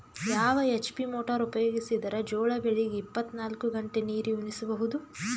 ಯಾವ HP motor ಉಪಯೋಗಿಸಿದರ ಜೋಳ ಬೆಳಿಗ ಇಪ್ಪತ ನಾಲ್ಕು ಗಂಟೆ ನೀರಿ ಉಣಿಸ ಬಹುದು?